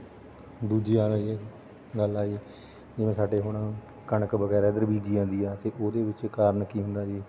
ਦੂਜੀ ਵਾਰ ਇਹ ਗੱਲ ਆਈ ਜਿਵੇਂ ਸਾਡੇ ਹੁਣ ਕਣਕ ਵਗੈਰਾ ਇੱਧਰ ਬੀਜੀ ਜਾਂਦੀ ਆ ਅਤੇ ਉਹਦੇ ਵਿੱਚ ਕਾਰਨ ਕੀ ਹੁੰਦਾ ਜੀ